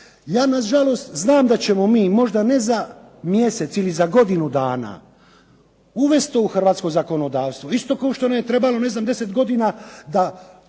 ja nažalost znam da ćemo mi možda ne za mjesec ili za godinu dana uvesti to u hrvatsko zakonodavstvo isto kao što nam je trebalo deset godina da